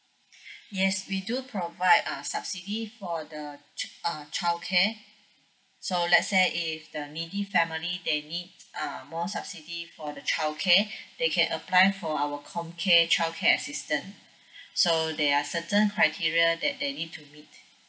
yes we do provide uh subsidy for the ch~ err childcare so let's say if the needy family they need uh more subsidy for the childcare they can apply for our comcare childcare assistance so there are certain criteria that they need to meet